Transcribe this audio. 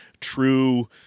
true